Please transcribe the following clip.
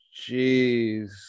Jeez